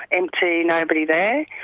empty, nobody there.